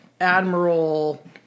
Admiral